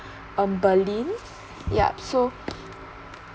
um pearlyn yup so